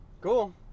Cool